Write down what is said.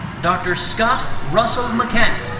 dr. scott russell mccann.